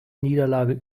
niederlage